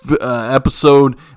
episode